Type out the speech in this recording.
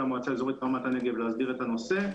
המועצה האזורית רמת הנגב להסדיר את הנושא,